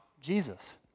Jesus